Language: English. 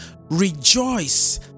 Rejoice